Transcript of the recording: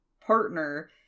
partner